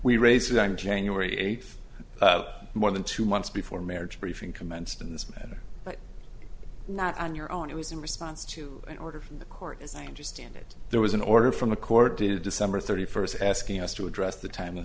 we raised i'm january eighth more than two months before marriage briefing commenced in this matter but not on your own it was in response to an order from the court as i understand it there was an order from the court to december thirty first asking us to address the tim